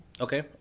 Okay